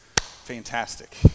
fantastic